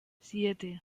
siete